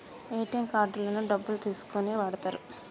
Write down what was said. ATM కార్డులను డబ్బులు తీసుకోనీకి వాడతరు